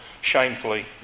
shamefully